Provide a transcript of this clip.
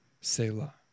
Selah